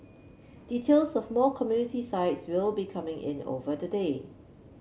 details of more community sites will be coming in over the day